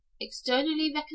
externally